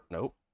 Nope